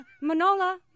Manola